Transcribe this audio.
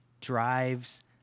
drives